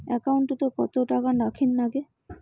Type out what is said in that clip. একাউন্টত কত টাকা রাখীর নাগে?